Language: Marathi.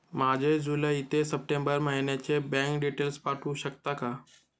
माझे जुलै ते सप्टेंबर महिन्याचे बँक डिटेल्स पाठवू शकता का?